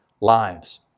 lives